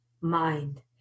mind